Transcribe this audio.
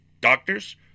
doctors